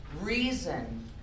reason